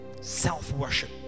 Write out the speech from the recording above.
Self-worship